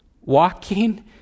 walking